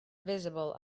visible